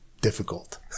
difficult